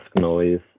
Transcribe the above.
noise